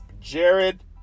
Jared